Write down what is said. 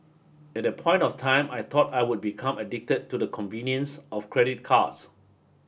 at that point of time I thought I would become addicted to the convenience of credit cards